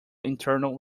internal